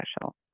special